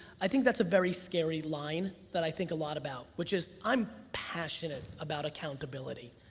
i think that's a very scary line that i think a lot about, which is i'm passionate about accountability.